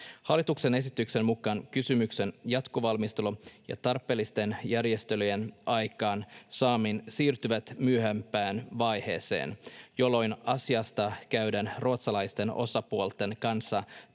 Hallituksen esityksen mukaan kysymyksen jatkovalmistelu ja tarpeellisten järjestelyjen aikaansaaminen siirtyvät myöhempään vaiheeseen, jolloin asiasta käydään ruotsalaisten osapuolten kanssa tarpeelliset